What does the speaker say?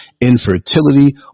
infertility